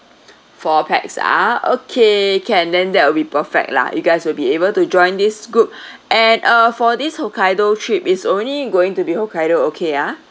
four pax ah okay can then that will be perfect lah you guys will be able to join this group and uh for this hokkaido trip it's only going to be hokkaido okay ah